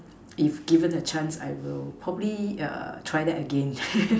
if given a chance I will probably err try that again